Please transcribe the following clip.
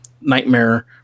Nightmare